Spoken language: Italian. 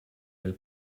nel